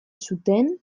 zuten